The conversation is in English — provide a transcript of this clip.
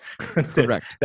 Correct